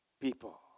people